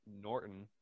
norton